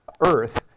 earth